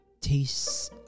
tastes